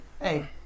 hey